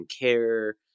care